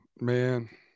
Man